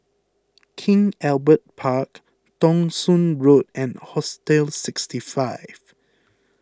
King Albert Park Thong Soon Road and Hostel sixty five